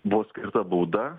buvo skirta bauda